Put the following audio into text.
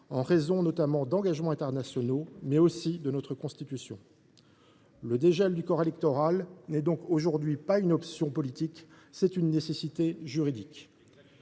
en raison non seulement d’engagements internationaux, mais aussi de la Constitution. Le dégel du corps électoral est donc aujourd’hui non pas une option politique, mais une nécessité juridique.